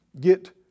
Get